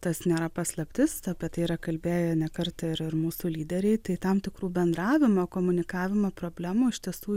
tas nėra paslaptis apie tai yra kalbėję ne kartą ir ir mūsų lyderiai tai tam tikrų bendravimo komunikavimo problemų iš tiesų